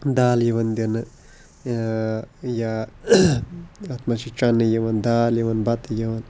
دال یِوان دِنہٕ یا اَتھ منٛز چھُ چَنہِ یِوان دال یِوان بَتہٕ یِوان